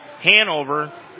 Hanover